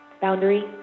Boundary